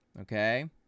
okay